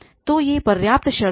तो ये पर्याप्त शर्तें हैं